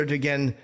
again